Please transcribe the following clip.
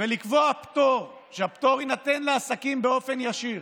ולקבוע פטור, ושהפטור יינתן לעסקים באופן ישיר,